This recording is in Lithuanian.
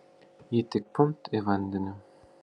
ji tik pumpt į vandenį